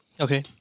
okay